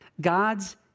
God's